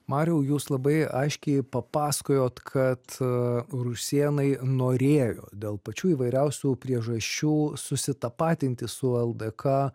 mariau jūs labai aiškiai papasakojot kad rusėnai norėjo dėl pačių įvairiausių priežasčių susitapatinti su ldk